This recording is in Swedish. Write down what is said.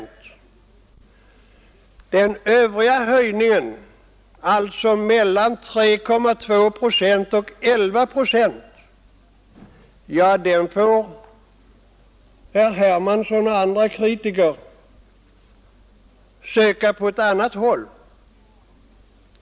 Den övriga höjningen, alltså skillnaden mellan 11 procent och 3,2 procent, får herr Hermansson och andra kritiker söka på annat håll.